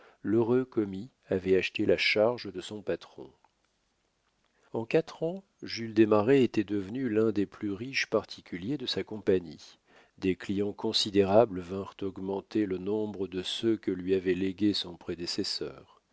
l'heureux commis avait acheté la charge de son patron en quatre ans jules desmarets était devenu l'un des plus riches particuliers de sa compagnie des clients considérables vinrent augmenter le nombre de ceux que lui avait légués son prédécesseur